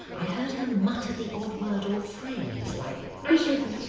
i heard her mutter the odd word or phrase like i shouldn't.